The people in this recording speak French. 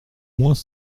moins